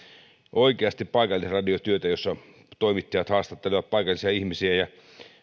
oikeasti paikallisradiotyötä jossa toimittajat haastattelevat paikallisia ihmisiä ja